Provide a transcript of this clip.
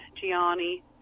Gianni